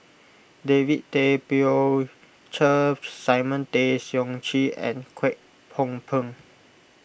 David Tay Poey Cher Simon Tay Seong Chee and Kwek Hong Png